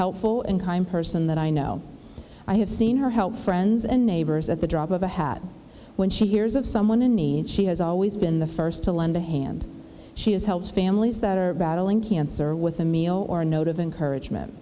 helpful and kind person that i know i have seen her help friends and neighbors at the drop of a hat when she hears of someone in need she has always been the first to lend a hand she has help families that are battling cancer with a meal or a note of encourageme